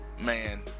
man